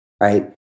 right